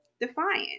Defiant